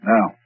Now